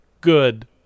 good